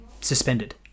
Suspended